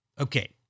Okay